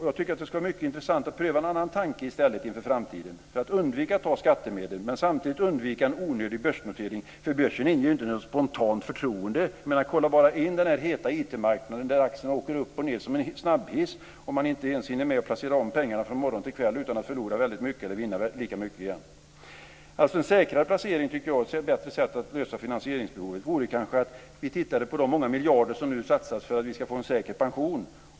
Jag tycker att det skulle vara mycket intressant att i stället pröva en annan tanke inför framtiden för att undvika att ta skattemedel och samtidigt undvika en onödig börsnotering. Börsen inger ju inte något spontant förtroende. Kolla bara in den här heta IT-marknaden, där aktierna åker upp och ned som i en snabbhiss! Man hinner inte ens med att placera om pengarna från morgon till kväll utan att förlora väldigt mycket eller vinna lika mycket. Jag tror alltså att det finns ett bättre sätt att lösa finansieringsbehovet. Vi kanske skulle titta på de många miljarder som nu satsas för att vi ska få en säker pension.